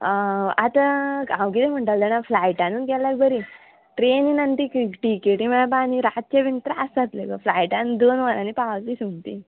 आं आतां हांव कितें म्हणटालें जाणा फ्लायटानूच गेल्यार बरीं ट्रेनीन आनी ती टिकेटी मेळपाक आनी रातचे बीन त्रास जातले गो फ्लायटान दोन वरांनी पावतलीं समतीं